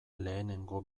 lehenengo